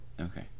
okay